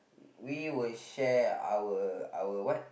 we will share our our what